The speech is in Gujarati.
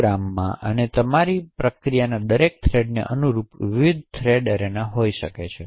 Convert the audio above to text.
પ્રોગ્રામ અને તમારી પાસે પ્રક્રિયાના દરેક થ્રેડને અનુરૂપ વિવિધ થ્રેડ એરેના હોઈ શકે છે